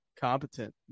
competent